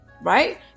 right